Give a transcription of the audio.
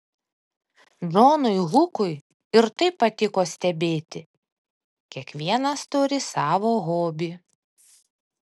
džonui hukui ir tai patiko stebėti kiekvienas turi savo hobį